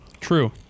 True